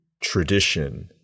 tradition